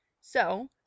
So